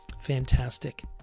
Fantastic